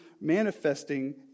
manifesting